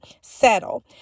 Settle